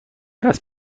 است